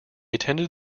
attended